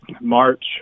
March